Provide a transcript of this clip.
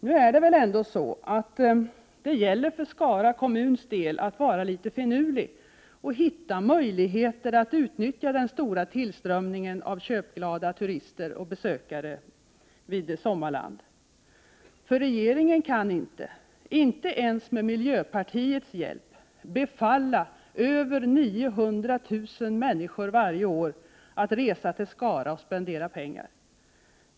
Det gäller väl ändock för Skara kommuns del att vara litet finurlig och hitta möjligheter att utnyttja den stora tillströmningen av köpglada turister och besökare till Sommarland. Regeringen kan nämligen inte — inte ens med miljöpartiets hjälp — befalla över 900 000 människor varje år att resa till Skara och spendera pengar.